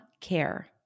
care